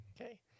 Okay